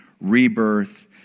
rebirth